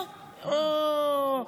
אוה,